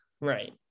Right